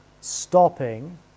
stopping